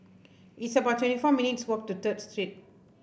it's about twenty four minutes' walk to Third Street